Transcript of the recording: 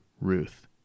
Ruth